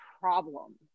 problem